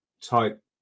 type